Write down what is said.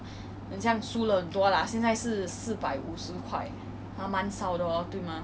um 现在我的工作是 work from home